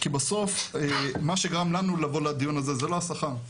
כי בסוף מה שגרם לנו לבוא לדיון הזה, זה לא השכר.